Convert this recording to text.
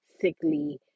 sickly